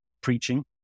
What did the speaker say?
preaching